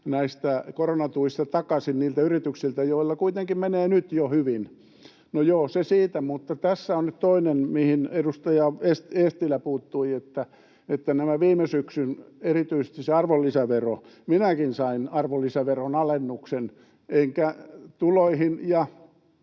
näistä koronatuista takaisin niiltä yrityksiltä, joilla kuitenkin menee nyt jo hyvin. No joo, se siitä, mutta tässä on nyt toinen, mihin edustaja Eestilä puuttui, eli viime syksyltä erityisesti arvonlisävero. Minäkin sain arvonlisäveron alennuksen, enkä tuloihin ja